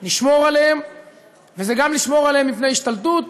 זה גם לשמור עליהם מפני השתלטות,